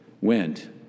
went